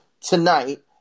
tonight